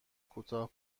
کوتاه